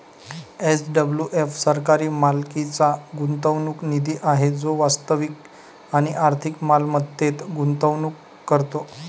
SWF सरकारी मालकीचा गुंतवणूक निधी आहे जो वास्तविक आणि आर्थिक मालमत्तेत गुंतवणूक करतो